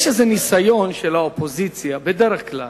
יש איזה ניסיון של האופוזיציה, בדרך כלל,